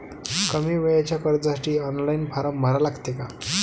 कमी वेळेच्या कर्जासाठी ऑनलाईन फारम भरा लागते का?